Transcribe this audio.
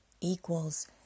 equals